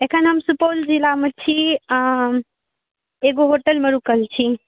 अखन हम सुपौल ज़िलामे छी आ एगो होटलमे रूकल छी